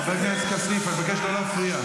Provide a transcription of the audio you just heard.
אתה --- חבר הכנסת כסיף, אני מבקש לא להפריע.